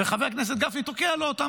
וחבר הכנסת גפני תוקע לו אותם,